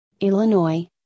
Illinois